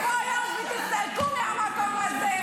ולכל מי שחושב שיפחיד אותי,